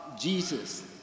Jesus